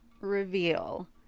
reveal